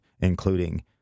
including